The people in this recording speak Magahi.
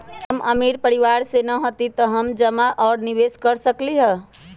हम अमीर परिवार से न हती त का हम जमा और निवेस कर सकली ह?